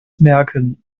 merken